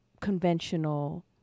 conventional